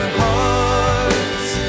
hearts